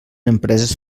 empreses